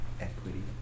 Equity